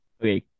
Okay